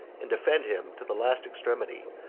and defend him to the last extremity,